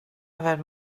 yfed